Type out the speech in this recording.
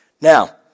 Now